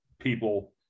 people